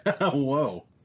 whoa